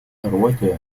хорватия